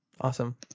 Awesome